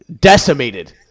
decimated